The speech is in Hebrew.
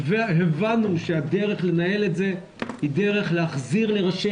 הבנו שהדרך לנהל את זה היא דרך להחזיר לראשי